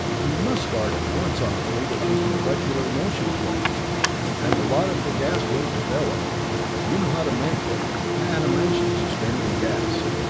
you must start at once on a fleet of these molecular motion planes and a lot of the gas wade developed you know how to make it the animation suspending gas.